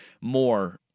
more